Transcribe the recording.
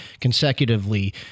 consecutively